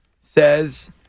says